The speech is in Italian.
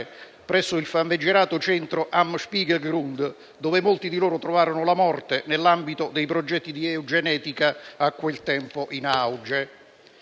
presso il famigerato centro Am Spiegelgrund, dove molti di loro trovarono la morte nell'ambito dei progetti di eugenetica a quel tempo in auge.